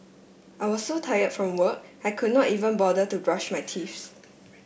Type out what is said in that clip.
I was so tired from work I could not even bother to brush my teeth